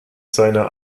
seiner